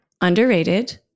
underrated